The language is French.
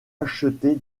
acheter